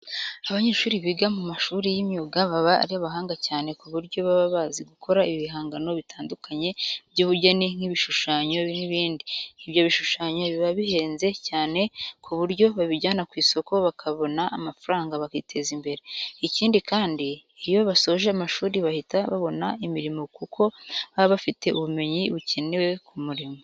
Abanyeshuri biga mu mashuri y'imyuga baba ari abahanga cyane ku buryo baba bazi gukora ibihangano bitandukanye by'ubugeni nk'ibishushanyo n'ibindi. Ibyo bishushanyo biba bihenze cyane ku buryo babijyana ku isoko bakabona amafaranga bakiteza imbere. Ikindi kandi, iyo basoje amashuri bahita babona imirimo kuko baba bafite ubumenyi bukenewe ku murimo.